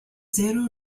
zero